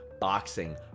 boxing